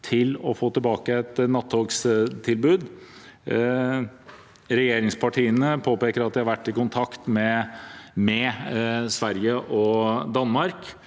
til å få tilbake et nattogtilbud. Regjeringspartiene påpeker at de har vært i kontakt med Sverige og Danmark,